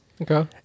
Okay